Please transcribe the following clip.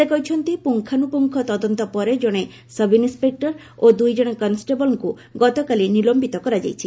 ସେ କହିଛନ୍ତି ପୁଙ୍ଗାନୁପୁଙ୍ଗ ତଦନ୍ତ ପରେ ଜଣେ ସବ୍ଇନ୍ସିପେକ୍ଟର ଓ ଦୁଇଜଣ କନଷ୍ଟେବଳଙ୍କୁ ଗତକାଲି ନିଲମ୍ପିତ କରାଯାଇଛି